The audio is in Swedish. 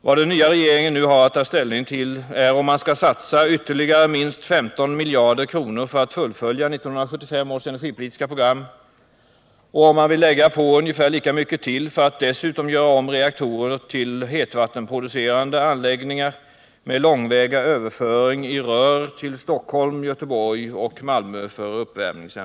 Vad den nya regeringen nu har att ta ställning till är om man skall satsa ytterligare minst 15 miljarder kronor för att fullfölja 1975 års energipolitiska program och om man vill lägga på ungefär lika mycket till för att dessutom för uppvärmringsändamål göra om reaktorerna till hetvattenproducerande anläggningar med långväga överföring i rör till Stockholm, Göteborg och Malmö.